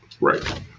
right